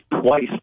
twice